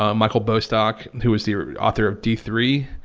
ah michael bostack who is the author of d three,